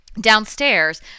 Downstairs